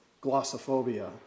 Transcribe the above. glossophobia